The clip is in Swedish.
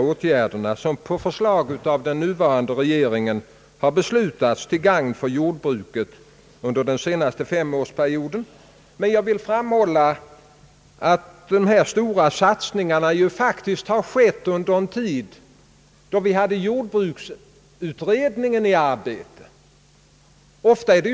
åtgärder, som på förslag av den nuvarande regeringen har beslutats till gagn för jordbruket under den senaste femårsperioden, men jag vill. framhålla att dessa stora satsningar faktiskt har skett under en tid då jordbruksutredningen hållit på med sitt arbete.